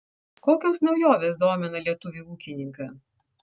kokios naujovės domina lietuvį ūkininką